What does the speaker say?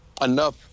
enough